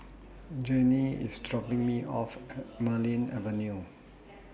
Janie IS dropping Me off At Marlene Avenue